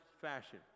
fashion